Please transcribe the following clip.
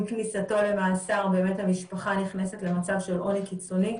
כניסתו למאסר באמת המשפחה נכנסת למצב של עוני קיצוני.